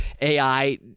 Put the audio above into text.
AI